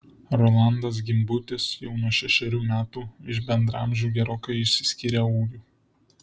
rolandas gimbutis jau nuo šešerių metų iš bendraamžių gerokai išsiskyrė ūgiu